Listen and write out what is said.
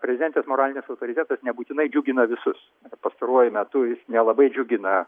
prezidentės moralinis autoritetas nebūtinai džiugina visus pastaruoju metu jis nelabai džiugina